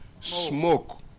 Smoke